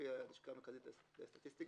לפי הלשכה המרכזית לסטטיסטיקה.